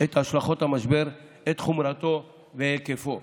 את השלכות המשבר, את חומרתו והיקפו,